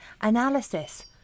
analysis